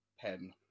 pen